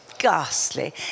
ghastly